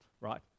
right